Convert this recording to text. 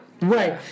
Right